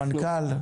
המנכ"ל?